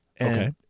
Okay